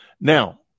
Now